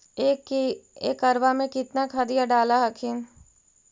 एक एकड़बा मे कितना खदिया डाल हखिन?